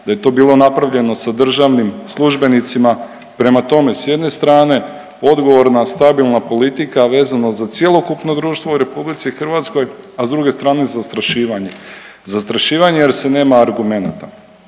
da je to bilo napravljeno sa državnim službenicima. Prema tome s jedne strane odgovorna stabilna politika, a vezano za cjelokupno društvo u RH, a s druge strane zastrašivanje, zastrašivanje jer se nema argumenata.